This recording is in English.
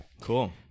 Cool